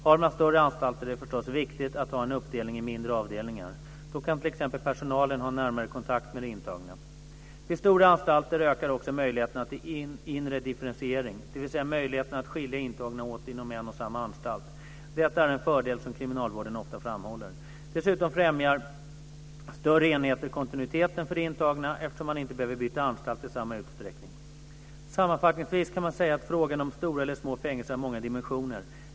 Har man större anstalter är det förstås viktigt att ha en uppdelning i mindre avdelningar. Då kan t.ex. personalen ha en närmare kontakt med de intagna. Vid stora anstalter ökar också möjligheterna till inre differentiering, dvs. möjligheterna att skilja intagna åt inom en och samma anstalt. Detta är en fördel som kriminalvården ofta framhåller. Dessutom främjar större enheter kontinuiteten för de intagna, eftersom man inte behöver byta anstalt i samma utsträckning. Sammanfattningsvis kan man säga att frågan om stora eller små fängelser har många dimensioner.